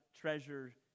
treasure